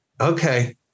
Okay